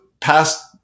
past